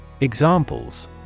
Examples